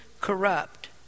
corrupt